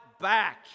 back